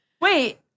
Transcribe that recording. Wait